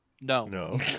No